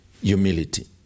humility